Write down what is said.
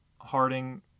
Harding